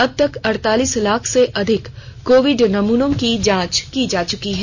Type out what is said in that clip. अबतक अड़तालीस लाख से अधिक कोविड नमूनों की जांच की चुकी है